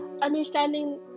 understanding